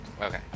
okay